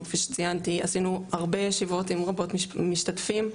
שציינתי עשינו הרבה ישיבות רבות משתתפים,